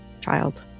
child